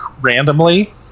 randomly